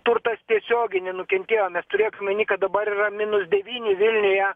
turtas tiesiogiai nenukentėjo nes turėk omeny kad dabar yra minus devyni vilniuje